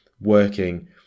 working